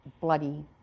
bloody